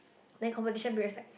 then competition period is like